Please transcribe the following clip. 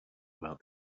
about